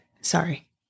Sorry